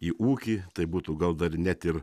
į ūkį tai būtų gal dar net ir